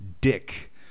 Dick